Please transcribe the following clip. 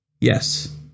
Yes